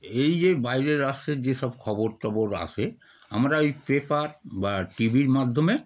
এই যে বাইরের রাস্তার যেসব খবর টবর আসে আমরা এই পেপার বা টি ভির মাধ্যমে